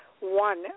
one